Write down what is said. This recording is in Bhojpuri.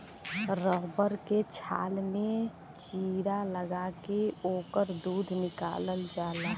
रबर के छाल में चीरा लगा के ओकर दूध निकालल जाला